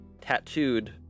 tattooed